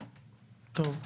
טוב.